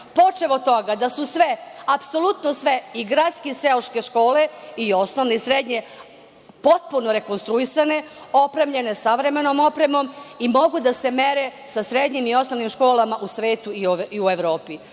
Počev od toga da su sve, apsolutno sve, i gradske i seoske škole, i osnovne i srednje škole potpuno rekonstruisanje, opremljene savremenom opremom i mogu da se mere sa srednjim i osnovnim školama u svetu i u Evropi. Isto